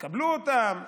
תקבלו אותם?